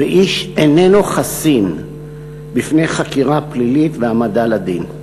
ואיש איננו חסין בפני חקירה פלילית והעמדה לדין.